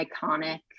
iconic